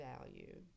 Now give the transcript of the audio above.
value